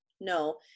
no